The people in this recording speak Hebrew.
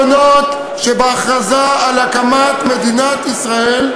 היא להנחיל את העקרונות שבהכרזה על הקמת מדינת ישראל,